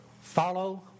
Follow